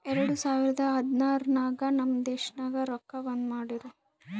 ಎರಡು ಸಾವಿರದ ಹದ್ನಾರ್ ನಾಗ್ ನಮ್ ದೇಶನಾಗ್ ರೊಕ್ಕಾ ಬಂದ್ ಮಾಡಿರೂ